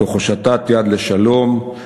תוך הושטת יד לשלום,